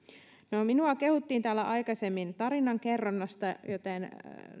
no minua kehuttiin täällä aikaisemmin tarinankerronnasta joten